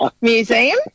museum